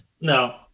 No